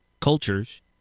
cultures